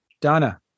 Donna